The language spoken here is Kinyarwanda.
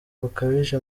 bukabije